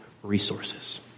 resources